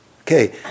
Okay